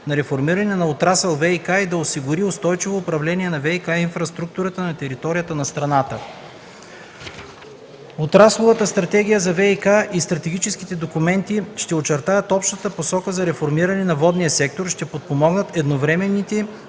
на реформиране на отрасъл ВиК, и да осигури устойчиво управление на ВиК инфраструктурата на територията на страната. Отрасловата стратегия за ВиК и стратегическите документи ще очертаят общата посока на реформиране на водния сектор, ще подпомогнат едновременните